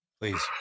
please